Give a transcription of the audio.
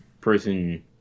person